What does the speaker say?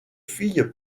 fille